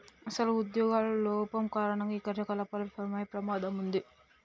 అసలు ఉద్యోగుల లోపం కారణంగా ఈ కార్యకలాపాలు విఫలమయ్యే ప్రమాదం ఉంది